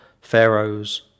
Pharaoh's